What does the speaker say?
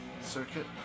circuit